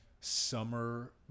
summer